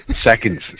Seconds